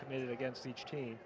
committed against each team